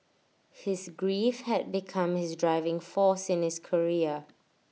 his grief had become his driving force in his career